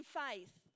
faith